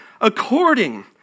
according